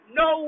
no